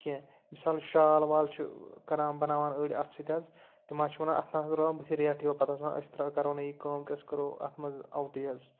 کینٛہہ مِثال شال وال چھِ کَران بَناوان أڑۍ اَتھ سۭتۍ حظ تِم حظ چھِ وَنان اَتھ نہ حظ روزان بہٕ ریٹھ یِوان پَتہٕ حظ وَنان أسۍ ترٛاو کَرو نہ یہِ کٲم کہِ أسۍ کَرو اَتھ منٛز آوُٹٕے حظ